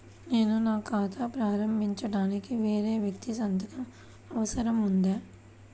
నేను ఖాతా ప్రారంభించటానికి వేరే వ్యక్తి సంతకం అవసరం ఉందా?